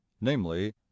namely